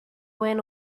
went